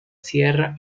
sierra